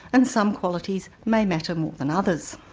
and some qualities may matter more than others.